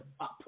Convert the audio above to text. up